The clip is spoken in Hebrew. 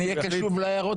הוא יהיה קשוב להערות?